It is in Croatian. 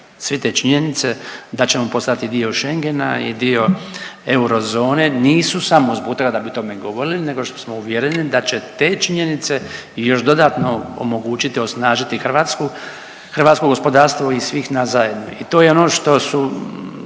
sve te činjenice da ćemo postati dio Schengena i dio eurozone nisu samo …/Govornik se ne razumije./… da bi o tome govorili nego što smo uvjereni da će te činjenice i još dodatno omogućiti, osnažiti Hrvatsku, hrvatsko gospodarstvo i svih nas zajedno.